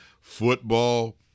football